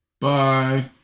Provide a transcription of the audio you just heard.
Bye